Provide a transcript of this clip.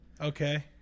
okay